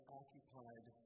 occupied